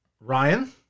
Ryan